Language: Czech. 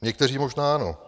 Někteří možná ano.